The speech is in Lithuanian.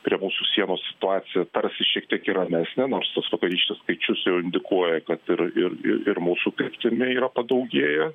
prie mūsų sienos situacija tarsi šiek tiek ir ramesnė nors tas vakarykštis skaičius jau indikuoja kad ir ir ir mūsų kryptimi yra padaugėję